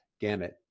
gamut